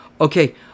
Okay